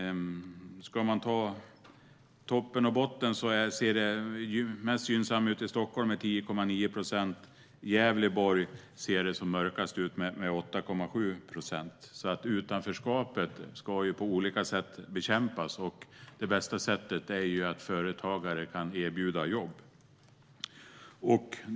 För att ta toppen och botten ser det mest gynnsamt ut i Stockholm med 10,9 procent. I Gävleborg ser det som mörkast ut med 8,7 procent. Utanförskapet ska ju på olika sätt bekämpas, och det bästa sättet är att företagare kan erbjuda jobb.